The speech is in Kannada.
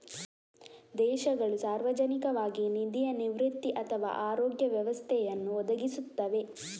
ದೇಶಗಳು ಸಾರ್ವಜನಿಕವಾಗಿ ನಿಧಿಯ ನಿವೃತ್ತಿ ಅಥವಾ ಆರೋಗ್ಯ ವ್ಯವಸ್ಥೆಯನ್ನು ಒದಗಿಸುತ್ತವೆ